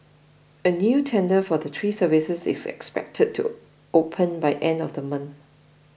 a new tender for the three services is expected to open by end of the month